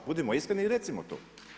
Budimo iskreni i recimo to.